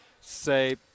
say